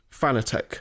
Fanatec